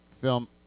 film